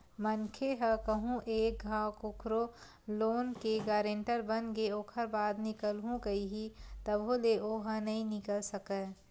मनखे ह कहूँ एक घांव कखरो लोन के गारेंटर बनगे ओखर बाद निकलहूँ कइही तभो ले ओहा नइ निकल सकय